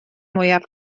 mwyaf